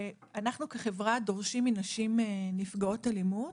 אנחנו כחברה דורשים מ נשים שהן נפגעות אלימות,